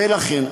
ולכן,